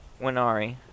Winari